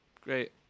Great